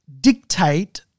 dictate